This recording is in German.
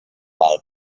mal